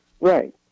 right